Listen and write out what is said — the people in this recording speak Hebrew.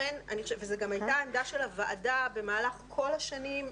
וזו גם הייתה העמדה של הוועדה במהלך כל השנים.